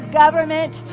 government